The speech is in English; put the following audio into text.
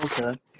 Okay